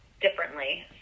differently